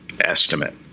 estimate